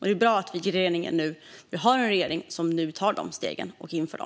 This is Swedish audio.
Det är bra att vi har en regering som nu tar de stegen och inför dem.